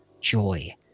joy